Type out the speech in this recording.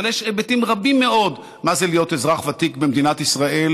אבל יש היבטים רבים מאוד למה זה להיות אזרח ותיק במדינת ישראל,